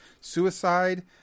suicide